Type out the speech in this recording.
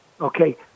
okay